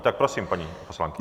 Tak prosím, paní poslankyně.